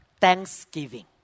thanksgiving